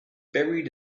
buried